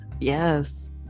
yes